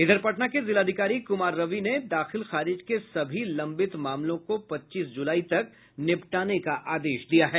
इधर पटना के जिलाधिकारी कुमार रवि ने दाखिल खारिज के सभी लंबित मामलों को पच्चीस जुलाई तक निपटाने का आदेश दिया है